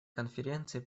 конференции